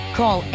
call